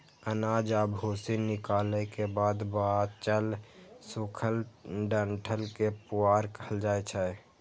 अनाज आ भूसी निकालै के बाद बांचल सूखल डंठल कें पुआर कहल जाइ छै